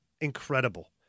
incredible